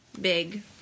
big